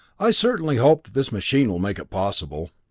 i certainly hope that this machine will make it possible.